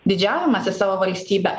didžiavimasis savo valstybe